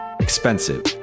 expensive